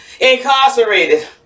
incarcerated